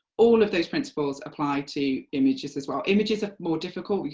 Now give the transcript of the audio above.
all of those principles apply to images as well. images are more difficult,